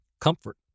comfort